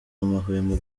amahwemo